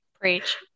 Preach